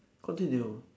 continue